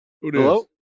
Hello